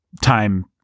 time